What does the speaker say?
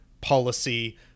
policy